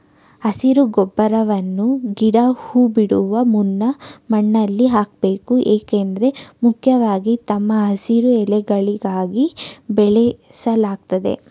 ಹಸಿರು ಗೊಬ್ಬರವನ್ನ ಗಿಡ ಹೂ ಬಿಡುವ ಮುನ್ನ ಮಣ್ಣಲ್ಲಿ ಹಾಕ್ಬೇಕು ಏಕೆಂದ್ರೆ ಮುಖ್ಯವಾಗಿ ತಮ್ಮ ಹಸಿರು ಎಲೆಗಳಿಗಾಗಿ ಬೆಳೆಸಲಾಗ್ತದೆ